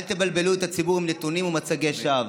אל תבלבלו את הציבור עם נתונים ומצגי שווא.